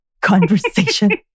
conversation